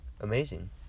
amazing